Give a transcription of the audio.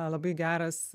labai geras